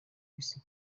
bise